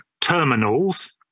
terminals